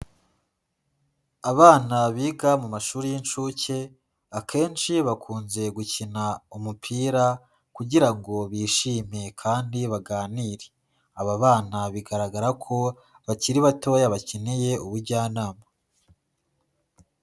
Abana biga mu mashuri y'inshuke, akenshi bakunze gukina umupira kugira ngo bishime kandi baganire, aba bana bigaragara ko bakiri batoya bakeneye ubujyanama.